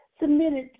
submitted